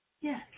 Yes